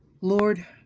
Lord